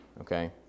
okay